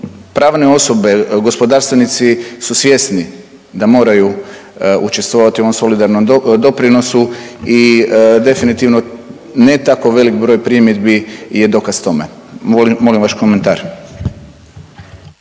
pravne osobe gospodarstvenici su svjesni da moraju učestvovati u ovom solidarnom doprinosu i definitivno ne tako velik broj primjedbi je dokaz tome, molim vaš komentar.